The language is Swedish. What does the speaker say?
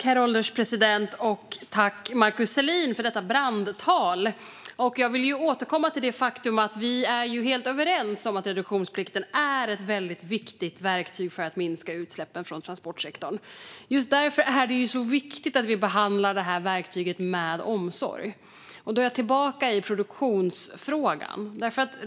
Herr ålderspresident! Tack, Markus Selin, för detta brandtal! Jag vill återkomma till det faktum att vi är helt överens om att reduktionsplikten är ett väldigt viktigt verktyg för att minska utsläppen från transportsektorn. Just därför är det viktigt att vi behandlar detta verktyg med omsorg. Då är jag tillbaka i produktionsfrågan.